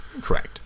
Correct